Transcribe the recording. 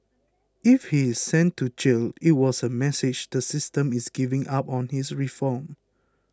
if he is sent to jail it was a message the system is giving up on his reform